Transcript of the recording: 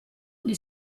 gli